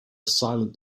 silent